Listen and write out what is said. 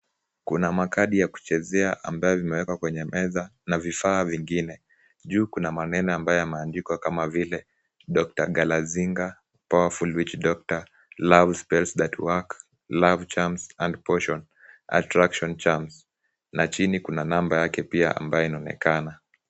Kuna makadi ya kuchezea ambayo vimewekwa kwenye meza na vifaa vingine. Juu kuna maneno ambayo yameandikwa kama vile Dr. Galazinga, powerful witch doctor, love spells that work, love charms and potions, attraction charms na chini kuna namba yake pia ambayo inaonekana.